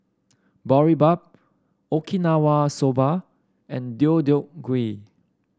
Boribap Okinawa Soba and Deodeok Gui